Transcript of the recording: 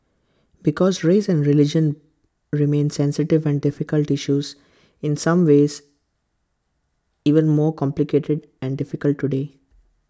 because race and religion remain sensitive and difficult issues in some ways even more complicated and difficult today